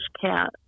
cat